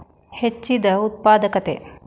ಹೆಚ್ಚಿದ ಉತ್ಪಾದಕತೆ